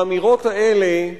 האמירות האלה,